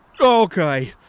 okay